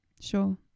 Sure